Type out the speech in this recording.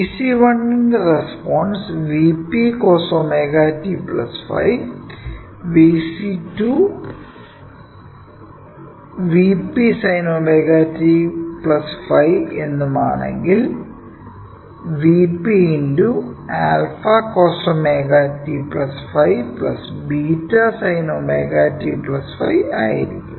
V c1 ന്റെ response V p cos ω t ϕ V c2 V p sin ω t ϕ എന്നും ആണെങ്കിൽ V p × 𝛂 cos ωt ϕ 𝜷 sin ω t ϕ ആയിരിക്കും